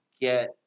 get